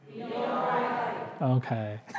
Okay